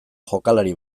jokalari